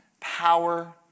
power